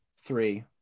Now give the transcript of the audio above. three